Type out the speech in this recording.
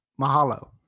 Mahalo